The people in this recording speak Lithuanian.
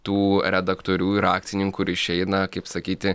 tų redaktorių ir akcininkų ryšiai na kaip sakyti